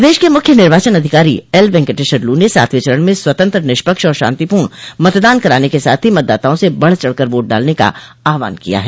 प्रदेश के मुख्य निर्वाचन अधिकारी एल वेंकटेश्वर लू ने सातवें चरण में स्वतंत्र निष्पक्ष एवं शांतिपूर्ण मतदान कराने के साथ ही मतदाताओं से बढ़ चढ़ कर वोट डालने का आह्वान किया है